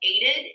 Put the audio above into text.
aided